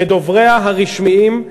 לדובריה הרשמיים,